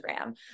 Instagram